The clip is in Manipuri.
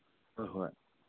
ꯍꯣꯏ ꯍꯣꯏ